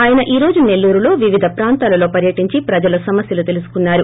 ఆయన ఈ రోజు నొల్లూరులో వివిధ ప్రాంతాలలో పర్యటించి ప్రజల సమస్యలు తెలుసుకున్నారు